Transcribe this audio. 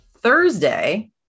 Thursday